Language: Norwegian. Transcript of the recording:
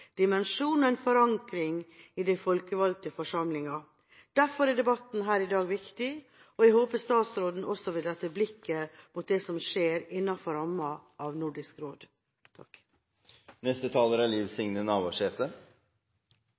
dimensjon og en forankring i de folkevalgte forsamlinger. Derfor er debatten her i dag viktig, og jeg håper statsråden også vil rette blikket mot det som skjer innenfor rammen av Nordisk råd.